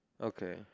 Okay